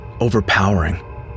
overpowering